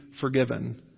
forgiven